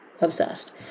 obsessed